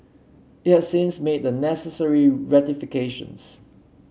it has since made the necessary rectifications